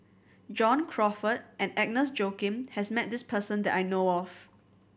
John Crawfurd and Agnes Joaquim has met this person that I know of